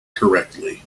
correctly